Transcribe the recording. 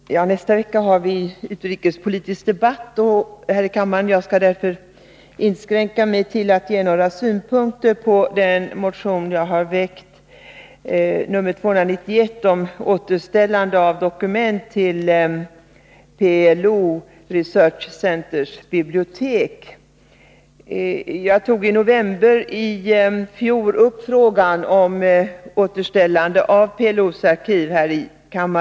Fru talman! Nästa vecka har vi utrikespolitisk debatt här i kammaren, och jag skall därför inskränka mig till att ge några synpunkter på den motion som jag har väckt, 1982/83:291, om återställande av dokument till PLO Research Centers bibliotek. Jag tog i november i fjol upp frågan här i kammaren om återställande av PLO:s arkiv.